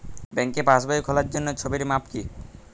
ব্যাঙ্কে পাসবই খোলার জন্য ছবির মাপ কী?